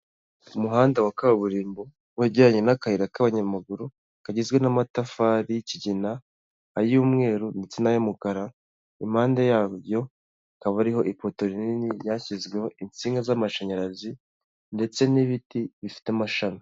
Umuhanda wa kaburimbo wegeranye n'akayira k'abanyamaguru, kagizwe n'amatafari y'ikigina, ay'umweru ndetse n'ay'umukara, impande yabyo hakaba hariho ipoto rinini ryashyizweho insinga z'amashanyarazi ndetse n'ibiti bifite amashami.